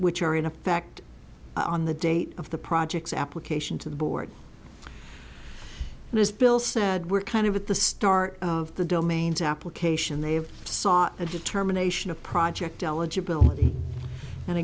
which are in effect on the date of the project's application to the board and as bill said we're kind of at the start of the domain's application they have sought a determination of project eligibility and